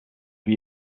lui